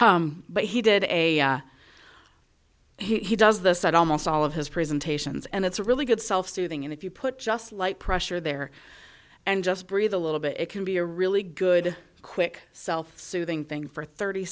minds but he did a he does the site almost all of his presentations and it's really good self soothing and if you put just light pressure there and just breathe a little bit it can be a really good quick self soothing thing for thirty